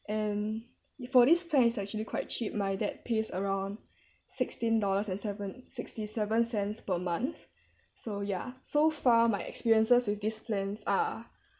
and for this plan it's actually quite cheap my dad pays around sixteen dollars and seven sixty seven cents per month so ya so far my experiences with these plans are